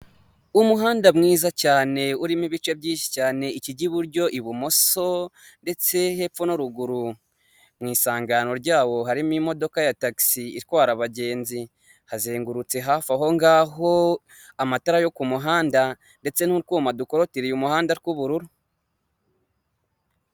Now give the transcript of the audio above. Umuhanda mwiza cyane urimo ibice byinshi cyane ikijya iburyo ibumoso, ndetse hepfo n'uruguru. Mu isangano ryabo harimo imodoka ya tagisi itwara abagenzi. Hazengurutse hafi aho ngaho amatara yo ku muhanda, ndetse n'utwuma dukorotiriye umuhanda tw'ubururu.